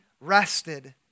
rested